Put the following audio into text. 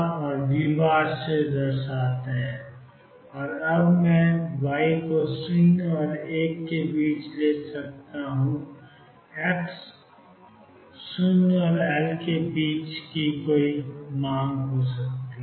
और अब मैं y को 0 और 1 के बीच ले सकता हूं x की 0 और एल के बीच के मांग के लिए